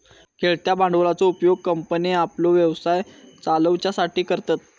खेळत्या भांडवलाचो उपयोग कंपन्ये आपलो व्यवसाय चलवच्यासाठी करतत